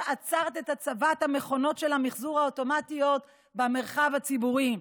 עצרת את הצבת המכונות האוטומטיות של המחזור במרחב הציבורי.